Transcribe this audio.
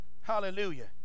Hallelujah